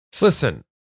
Listen